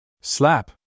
Slap